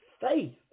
Faith